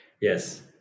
Yes